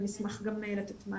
אני אשמח גם לתת מענה.